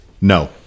No